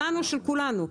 שלנו, של כולנו.